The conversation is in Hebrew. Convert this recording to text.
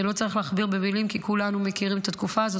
ולא צריך להכביר במילים כי כולנו מכירים את התקופה הזאת,